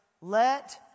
let